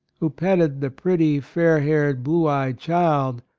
who petted the pretty, fair haired, blue eyed child,